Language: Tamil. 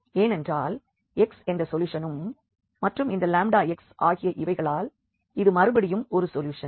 ஏனென்றால் x என்ற சொல்யூஷனும் மற்றும் இந்த x ஆகிய இவைகளால் இது மறுபடியும் ஒரு சொல்யூஷன்